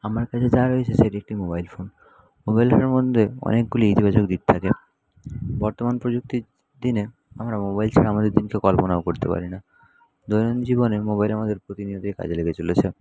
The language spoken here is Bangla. আমার কাছে যা রয়েছে সেটি একটি মোবাইল ফোন মোবাইলটার মধ্যে অনেকগুলি ইতিবাচক দিক থাকে বর্তমান প্রযুক্তির দিনে আমরা মোবাইল ছাড়া আমাদের দিনকে কল্পনাও করতে পারি না দৈনন্দিন জীবনে মোবাইল আমাদের প্রতিনিয়তই কাজে লেগে চলেছে